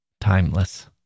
Timeless